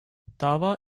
dava